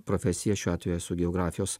profesija šiuo atveju esu geografijos